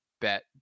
bet